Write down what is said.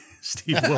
Steve